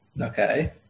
Okay